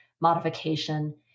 modification